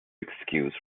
excuse